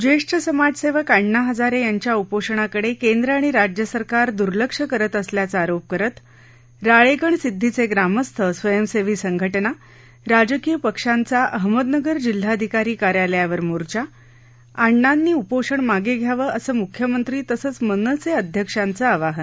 जेष्ठ समाजसेवक अण्णा हजारे यांच्या उपोषणाकडे केंद्र आणि राज्य सरकार दूर्लक्ष करत असल्याचा आरोप करत राळेगणसिद्धीचे ग्रामस्थ स्वयंसेवी संघटना राजकीय पक्षांचा अहमदनगर जिल्हाधिकारी कार्यालयावर मोर्चा अण्णांनी उपोषण मागं घ्यावं असं मुख्यमंत्री तसंच मनसे अध्यक्षांचं आवाहन